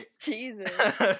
Jesus